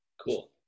cool